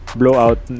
blowout